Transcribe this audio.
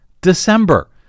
December